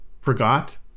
forgot